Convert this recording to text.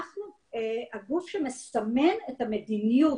אנחנו הגוף שמסמן את המדיניות,